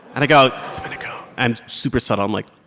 and i go, domenico and super subtle, i'm like,